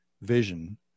vision